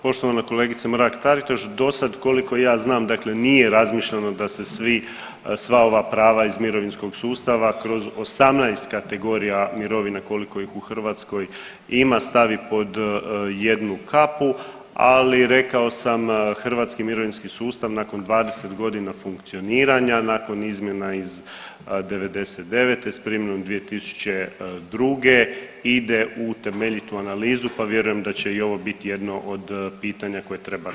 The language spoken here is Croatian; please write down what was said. Poštovana kolegice Mrak-Taritaš, dosad koliko ja znam dakle nije razmišljeno da se svi, sva ova prava iz mirovinskog sustava kroz 18 kategorija mirovina koliko ih u Hrvatskoj ima stavi pod jednu kapu, ali rekao sam hrvatski mirovinski sustav nakon 20.g. funkcioniranja, nakon izmjena iz '99. s primjenom 2002. ide u temeljitu analizu, pa vjerujem da će i ovo biti jedno od pitanja koje treba razmotriti.